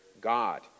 God